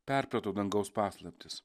perprato dangaus paslaptis